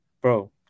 Bro